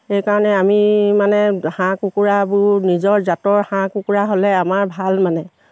সেইকাৰণে আমি মানে হাঁহ কুকুৰাবোৰ নিজৰ জাতৰ হাঁহ কুকুৰা হ'লে আমাৰ ভাল মানে